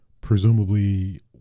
presumably